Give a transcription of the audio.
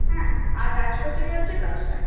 হ্যাঁ আর রাজ কচুরি হচ্ছে দশটা